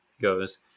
goes